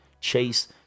Chase